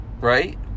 right